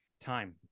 Time